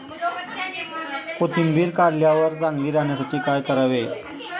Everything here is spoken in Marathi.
कोथिंबीर काढल्यावर चांगली राहण्यासाठी काय करावे?